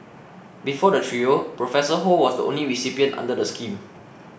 before the trio Professor Ho was the only recipient under the scheme